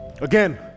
Again